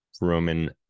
Roman